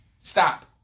Stop